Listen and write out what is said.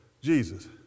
Jesus